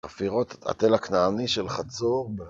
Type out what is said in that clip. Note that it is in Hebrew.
חפירות, התל הכנעני של חצור